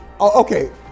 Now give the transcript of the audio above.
Okay